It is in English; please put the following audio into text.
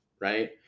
right